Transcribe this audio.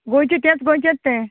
गोंयचें तेंत गोंयचेंत तें